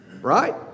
Right